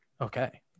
Okay